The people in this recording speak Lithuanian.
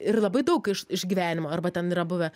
ir labai daug iš iš gyvenimo arba ten yra buvę